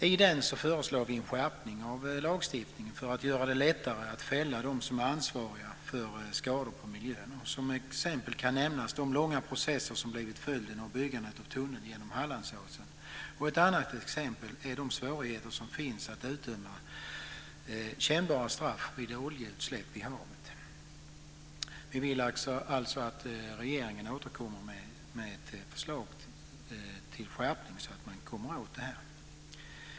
I den föreslår vi en skärpning av lagstiftningen för att göra det lättare att fälla dem som är ansvariga för skador på miljön. Som exempel kan jag nämna de långa processer som blivit följden av byggandet av tunneln genom Hallandsåsen. Ett annat exempel är de svårigheter som finns att utdöma kännbara straff vid oljeutsläpp i havet. Vi vill alltså att regeringen återkommer med ett förslag till skärpning så att man kommer åt detta.